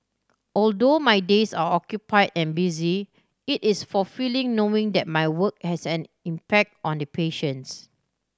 although my days are occupy and busy it is fulfilling knowing that my work has an impact on the patients